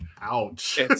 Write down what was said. Ouch